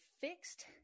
fixed